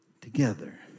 together